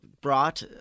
brought